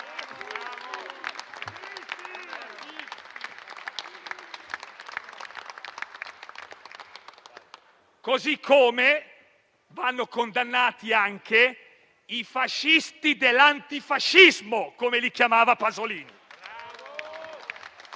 Così come vanno condannati anche "i fascisti dell'antifascismo", come li chiamava Pasolini.